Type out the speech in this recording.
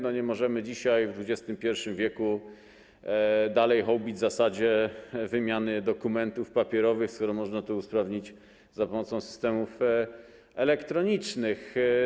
Nie możemy dzisiaj, w XXI w., dalej hołubić zasady wymiany dokumentów papierowych, skoro można to usprawnić za pomocą systemów elektronicznych.